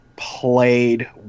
played